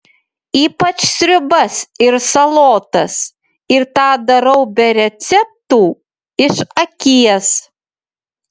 ypač sriubas ir salotas ir tą darau be receptų iš akies